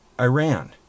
Iran